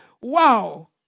Wow